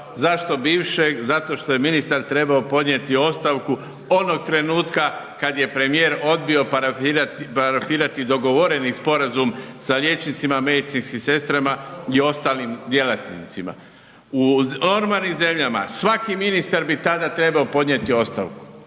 Zašto bivšeg? Zato što je ministar trebao podnijeti ostavku onog trenutka kad je premijer odbio parafirati dogovoreni sporazum sa liječnicima, medicinskim sestrama i ostalim djelatnicima. U normalnim zemljama svaki ministar bi tada trebao podnijeti ostavku,